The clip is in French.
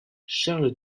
charles